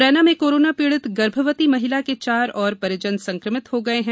म्रैना में कोरोना पीडित गर्भवती महिला के चार और परिजन संक्रमित हो गये है